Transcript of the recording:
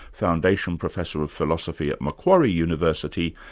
foundation professor of philosophy at macquarie university,